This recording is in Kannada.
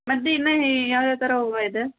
ಮತ್ತೆ ಇನ್ನೂ ಯಾವ ಯಾವ ಥರ ಹೂವು ಇದೆ